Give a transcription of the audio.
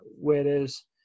Whereas